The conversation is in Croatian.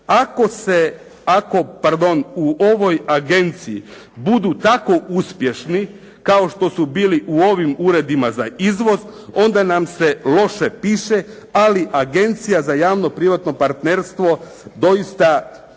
Ako se u ovoj agenciji budu tako uspješni kao što su bili u ovim uredima za izvoz, onda nam se loše piše, ali Agencija za javno privatno partnerstvo doista